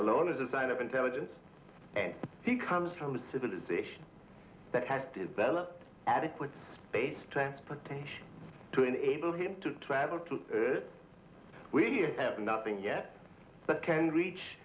alone is a sign of intelligence and he comes from a civilization that has developed adequate space transportation to enable him to travel to that we have nothing yet that can reach